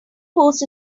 post